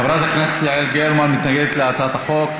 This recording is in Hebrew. חברת הכנסת יעל גרמן מתנגדת להצעת החוק,